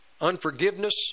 unforgiveness